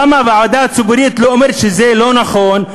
למה הוועדה הציבורית לא אומרת שזה לא נכון,